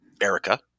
Erica